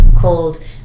called